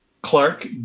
Clark